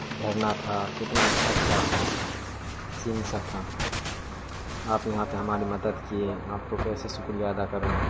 جھرنا تھا کتنا اچھا اچھا سین سب تھا آپ یہاں پہ ہماری مدد کیے آپ کو کیسے شکریہ ادا کروں